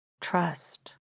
trust